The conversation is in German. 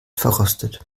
verrostet